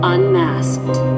Unmasked